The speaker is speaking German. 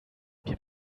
wir